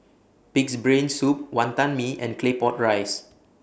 Pig'S Brain Soup Wantan Mee and Claypot Rice